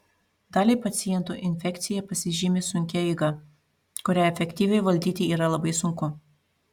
daliai pacientų infekcija pasižymi sunkia eiga kurią efektyviai valdyti yra labai sunku